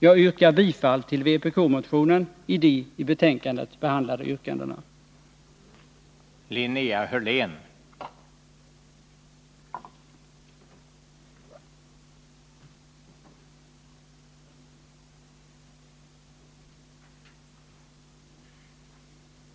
Jag hemställer om bifall till de i betänkandet behandlade yrkandena i vpk-motionen.